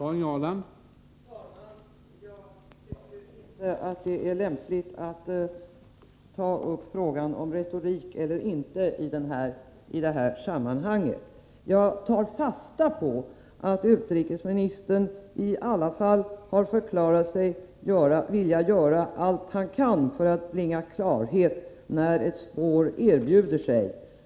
Herr talman! Jag tycker inte att det är lämpligt att ta upp frågan om retorik eller inte i det här sammanhanget. Jag tar fasta på att utrikesministern i alla fall har förklarat sig vilja göra allt han kan för att bringa klarhet, när ett spår erbjuder sig.